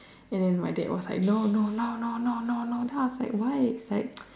and then my dad was like no no no no no no no no then I was like why like